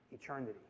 eternity